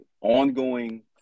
ongoing